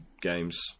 games